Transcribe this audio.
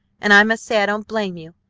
and i must say i don't blame you.